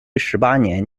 十八年